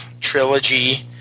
trilogy